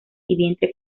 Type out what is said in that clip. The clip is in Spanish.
vientre